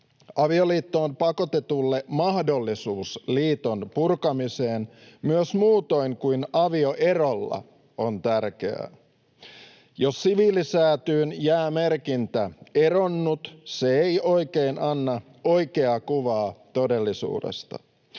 Avioliittoon pakotetulle mahdollisuus liiton purkamiseen myös muutoin kuin avioerolla on tärkeää. Jos siviilisäätyyn jää merkintä ”eronnut”, se ei oikein anna oikeaa kuvaa todellisuudesta.